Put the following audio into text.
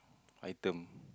item